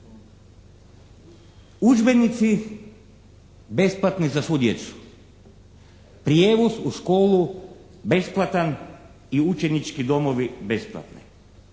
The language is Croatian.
Udžbenici besplatni za svu djecu, prijevoz u školu besplatan i učenički domovi besplatni.